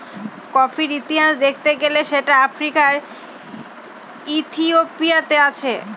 কফির ইতিহাস দেখতে গেলে সেটা আফ্রিকার ইথিওপিয়াতে আছে